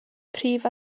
prif